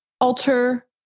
alter